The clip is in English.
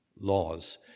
Laws